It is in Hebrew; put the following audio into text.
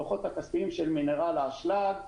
דוחות כספיים של מינרל האשלג,